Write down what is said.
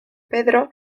pedro